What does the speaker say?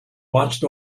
watched